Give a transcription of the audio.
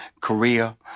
Korea